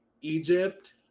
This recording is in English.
egypt